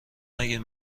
نگیر